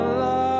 love